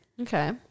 Okay